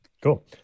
cool